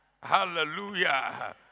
Hallelujah